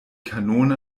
kanone